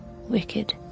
wicked